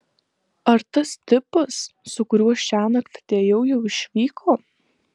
ar tas tipas su kuriuo šiąnakt atėjau jau išvyko